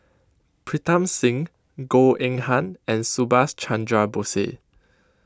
Pritam Singh Goh Eng Han and Subhas Chandra Bose